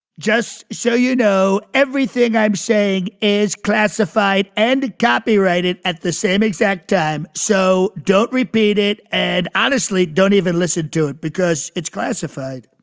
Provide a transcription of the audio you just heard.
just so you know, everything i'm saying is classified and copyrighted at the same exact time. so don't repeat it. ad honestly, don't even listen to it because it's classified